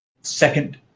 second